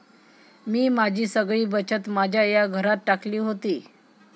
मी माझी सगळी बचत माझ्या या घरात टाकली होती